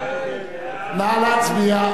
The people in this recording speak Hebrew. נא להצביע.